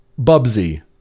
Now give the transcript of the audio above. Bubsy